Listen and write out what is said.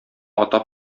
атап